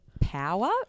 power